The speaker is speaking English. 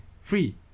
free